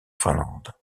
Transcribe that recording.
finlande